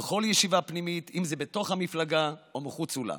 בכל ישיבה פנימית, אם זה בתוך המפלגה או מחוצה לה.